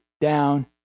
down